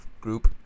group